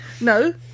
No